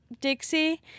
Dixie